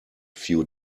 few